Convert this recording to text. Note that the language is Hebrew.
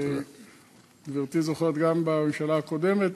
גברתי זוכרת גם מהממשלה הקודמת,